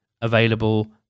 available